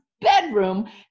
bedroom